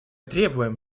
требуем